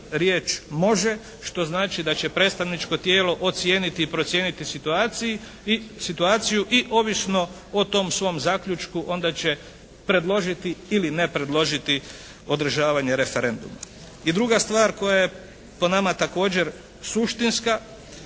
riječ: "može" što znači da će predstavničko tijelo ocijeniti i procijeniti situaciju i ovisno o tom svom zaključku onda će predložiti ili ne predložiti održavanje referenduma. I druga stvar koja je po nama također suštinska,